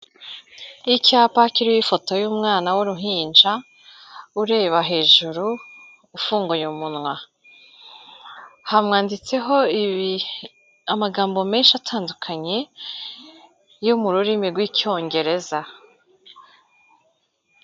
Icyapa kiriho ifoto y'umwana w'uruhinja, ureba hejuru, ufunguye umunwa. Hamwanditseho ibi, amagambo menshi atandukanye, yo mu rurimi rw'Icyongereza.